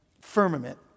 firmament